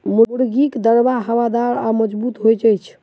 मुर्गीक दरबा हवादार आ मजगूत होइत छै